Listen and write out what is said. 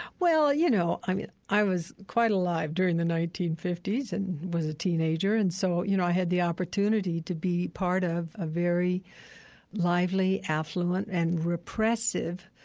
well, you know, i mean, i was quite alive during the nineteen fifty s and was a teenager, and so, you know, i had the opportunity to be part of a very lively, affluent and repressive,